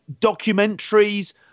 documentaries